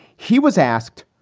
he was asked,